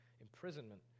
imprisonment